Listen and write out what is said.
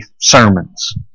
sermons